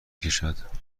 کشد